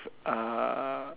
uh